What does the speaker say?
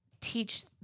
teach